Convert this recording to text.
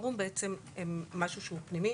הן משהו שהוא פנימי,